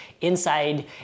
inside